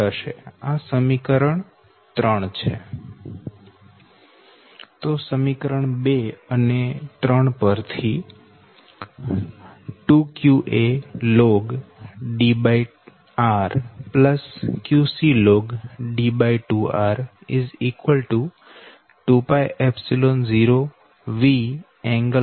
તો સમીકરણ 2 અને સમીકરણ 3 પરથી 2qaln Drqcln D2r 20 Vㄥ 300